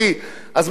אז מה הם עשו?